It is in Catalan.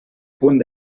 punt